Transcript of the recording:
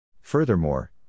Furthermore